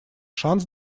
шанс